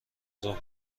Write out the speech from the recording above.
ظهر